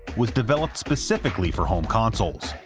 was developed specifically for home consoles.